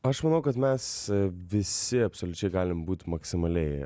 aš manau kad mes visi absoliučiai galim būti maksimaliai